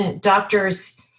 doctors